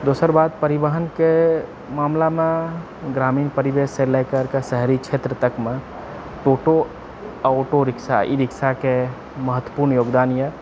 दोसर बात परिवहनके मामलामे ग्रामीण परिवेशसँ लेकरके शहरी क्षेत्र तकमे टोटो आ आँटो रिक्शा ई रिक्शाके महत्वपूर्ण योगदान यऽ